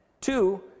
Two